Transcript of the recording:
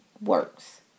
works